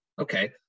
okay